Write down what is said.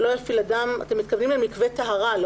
אתם מתכוונים למקווה טהרה?